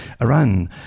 Iran